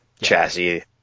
chassis